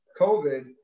COVID